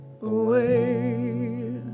away